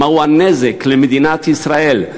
מהו הנזק למדינת ישראל,